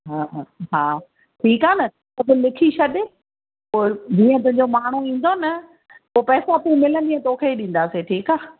हा हा हा ठीकु आहे न त पोइ लिखी छॾि जीअं तुहिंजो माण्हू ईंदो न त पोइ पैसा तू मिलंदी ऐं तोखे ई ॾींदासीं ठीकु आहे